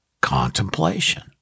Contemplation